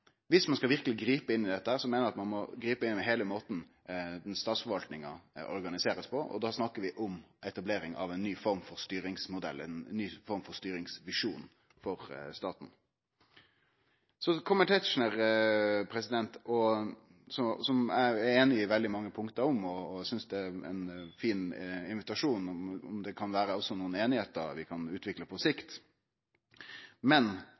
Viss ein verkeleg skal gripe inn i dette, meiner eg at ein må gripe inn i heile måten statsforvaltinga blir organisert på. Da snakkar vi om etablering av ein ny styringsmodell, ein ny styringsvisjon for staten. Så til Tetzschner, som eg er einig med på mange punkt. Eg synest det er ein fin invitasjon, om vi også kan